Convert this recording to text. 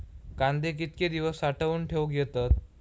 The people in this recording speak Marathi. कांदे कितके दिवस साठऊन ठेवक येतत?